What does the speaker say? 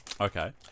Okay